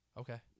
Okay